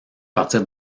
partir